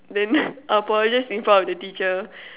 then apologize in front of the teacher